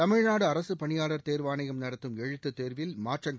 தமிழ்நாடு அரசுப் பணியாளர் தேர்வாணையம் நடத்தும் எழுத்துத் தேர்வில் மாற்றங்கள்